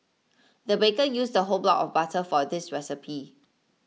the baker used a whole block of butter for this recipe